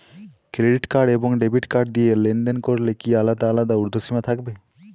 Credit card এবং debit card দিয়ে লেনদেন করলে কি আলাদা আলাদা ঊর্ধ্বসীমা থাকবে?